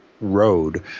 Road